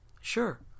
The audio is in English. Sure